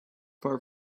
far